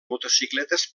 motocicletes